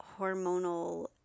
hormonal